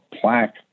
plaque